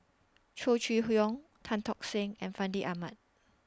Chow Chee Yong Tan Tock Seng and Fandi Ahmad